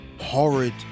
horrid